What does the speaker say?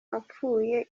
apfuye